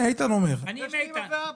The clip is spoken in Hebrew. יש לי אימא ואבא.